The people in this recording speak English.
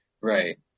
Right